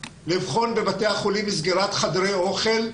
לבחון בבתי החולים סגירת חדרי אוכל,